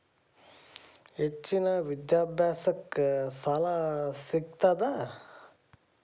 ಹೆಚ್ಚಿನ ವಿದ್ಯಾಭ್ಯಾಸಕ್ಕ ಸಾಲಾ ಸಿಗ್ತದಾ?